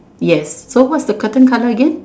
yes so what's the curtain colour again